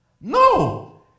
No